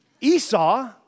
Esau